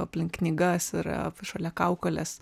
aplink knygas ir šalia kaukolės